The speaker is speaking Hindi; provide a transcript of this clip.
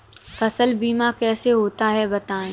फसल बीमा कैसे होता है बताएँ?